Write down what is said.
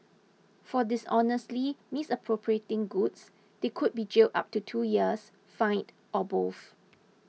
for dishonestly misappropriating goods they could be jailed up to two years fined or both